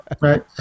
right